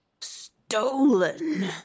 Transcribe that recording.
Stolen